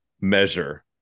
measure